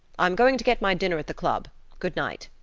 i'm going to get my dinner at the club. good night.